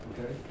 Okay